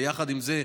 יחד עם זה,